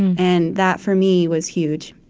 and that, for me, was huge